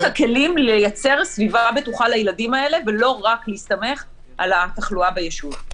הכלים לייצר סביבה בטוחה לילדים האלה ולא רק להסתמך על התחלואה ביישוב.